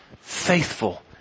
faithful